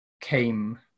came